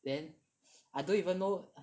then I don't even know